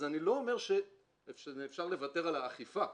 אז אני לא אומר שאפשר לוותר על האכיפה,